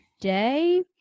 day